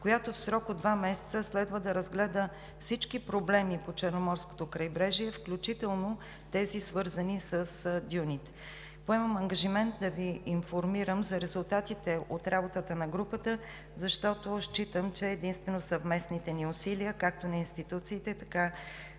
която в срок от два месеца следва да разгледа всички проблеми по Черноморското крайбрежие, включително тези с дюните. Поемам ангажимент да Ви информирам за резултатите от работата на групата, защото считам, че единствено съвместните ни усилия както на институциите, така